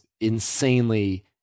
insanely